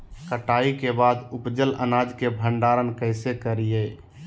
कटाई के बाद उपजल अनाज के भंडारण कइसे करियई?